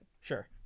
Sure